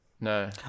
No